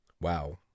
Wow